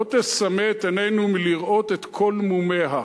לא תסמא את עינינו מלראות את כל מומיה,